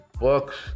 Books